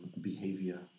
behavior